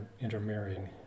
intermarrying